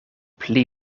pli